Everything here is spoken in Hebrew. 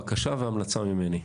תגידי לו בקשה והמלצה ממני,